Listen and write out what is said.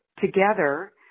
together